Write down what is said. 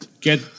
get